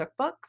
cookbooks